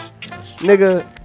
nigga